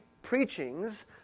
Preachings